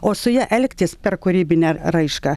o su ja elgtis per kūrybinę raišką